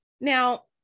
Now